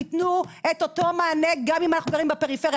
השאלה האם ישבתם עם הכללית והוצגה בפניכם התכנית הזאת.